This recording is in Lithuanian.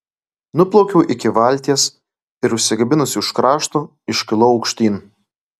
nuplaukiau iki valties ir užsikabinusi už krašto iškilau aukštyn